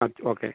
ആ ഓക്കെ